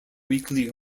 weekly